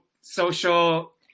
social